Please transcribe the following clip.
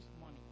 money